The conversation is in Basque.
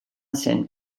zen